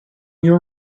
your